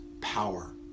power